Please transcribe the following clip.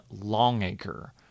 Longacre